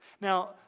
Now